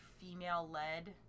female-led